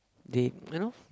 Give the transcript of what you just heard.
they you know